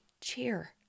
cheer